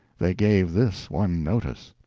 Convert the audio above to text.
they gave this one notice.